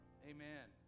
Amen